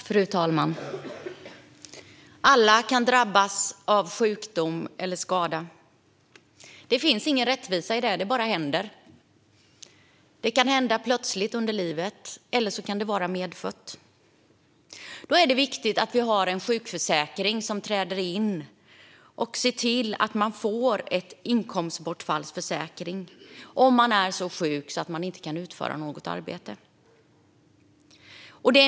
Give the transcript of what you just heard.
Fru talman! Alla kan drabbas av sjukdom eller skada. Det finns ingen rättvisa i det, utan det bara händer. Sjukdomen kan vara medfödd eller drabba en plötsligt under livet. Då är det viktigt att sjukförsäkringen träder in med en inkomstbortfallsförsäkring för den som är så sjuk att den inte kan utföra något arbete.